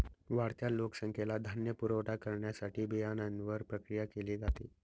वाढत्या लोकसंख्येला धान्य पुरवठा करण्यासाठी बियाण्यांवर प्रक्रिया केली जाते